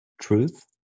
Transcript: truth